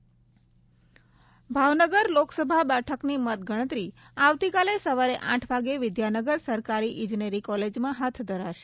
ભાવનગર મતગણતરી ભાવનગર લોકસભા બેઠકની મતગણતરી આવતીકાલે સવારે આઠ વાગે વિદ્યાનગર સરકારી ઇજનેરી કોલેજમાં હાથ ધરાશે